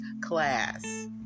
class